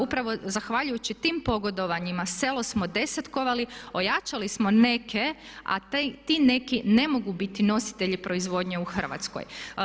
Upravo zahvaljujući tim pogodovanjima selo smo desetkovali, ojačali smo neke, a ti neki ne mogu biti nositelji proizvodnje u Hrvatskoj.